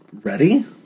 ready